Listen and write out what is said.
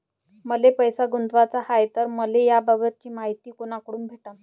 मले पैसा गुंतवाचा हाय तर मले याबाबतीची मायती कुनाकडून भेटन?